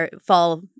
fall